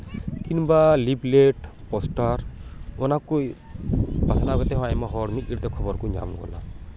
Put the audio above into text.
ᱠᱤᱢᱵᱟ leaflet poster ᱚᱱᱟᱠᱚ ᱯᱟᱥᱱᱟᱣ ᱠᱟᱛᱮᱫ ᱦᱚᱸ ᱟᱭᱢᱟ ᱦᱚᱲ ᱢᱤᱫ ᱜᱷᱟᱹᱲᱤᱡᱛᱮ ᱠᱷᱚᱵᱚᱨ ᱠᱚ ᱧᱟᱢ ᱜᱚᱫᱟ